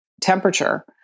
temperature